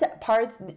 parts